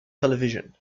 television